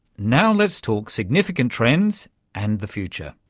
now let's talk significant trends and the future.